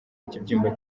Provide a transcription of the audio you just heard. ikibyimba